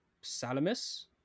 Salamis